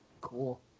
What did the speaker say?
Cool